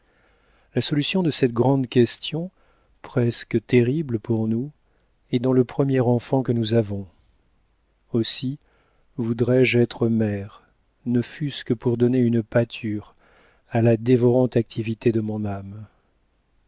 la solution de cette grande question presque terrible pour nous est dans le premier enfant que nous avons aussi voudrais-je être mère ne fût-ce que pour donner une pâture à la dévorante activité de mon âme